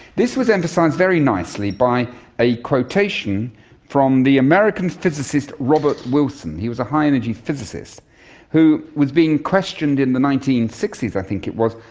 this was emphasised very nicely by a quotation from the american physicist robert wilson, he was a high energy physicist who was being questioned in the nineteen sixty s, i think it was,